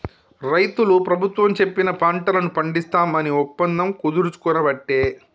రైతులు ప్రభుత్వం చెప్పిన పంటలను పండిస్తాం అని ఒప్పందం కుదుర్చుకునబట్టే